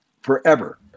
forever